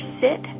sit